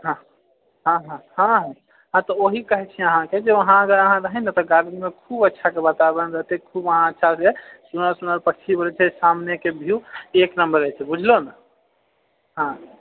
हँ हँ हँ हँ तऽ वही कहै छी अहाँके जे वहाँ अगर अहाँ रहब तऽ गर्मीमे खूब अच्छा वातावरण रहतए खूब अहाँ अच्छासँ सुनर सुनर पक्षी बैसै छै सामनेके भियु एक नम्बर रहै छै बुझलहो ने हँ